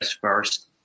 first